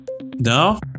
No